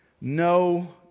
no